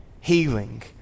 healing